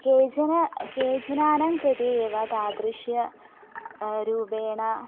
केचन केचनानां कृते एव तादृशं रूपेण